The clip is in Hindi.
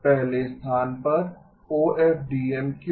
पहले स्थान पर ओएफडीएम क्यों